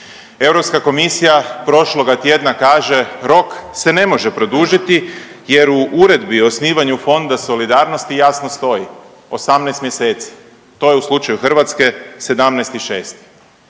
Europska komisija prošloga tjedna kaže rok se ne može produžiti jer u uredbi o osnivaju Fonda solidarnosti jasno stoji 18 mjeseci, to je u slučaju Hrvatske 17.6.